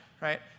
right